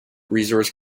resource